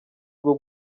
bwo